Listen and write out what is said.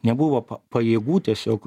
nebuvo pajėgų tiesiog